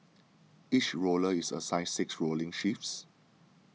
each rower is assigned six rowing shifts